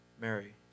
Mary